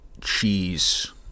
cheese